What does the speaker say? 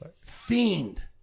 fiend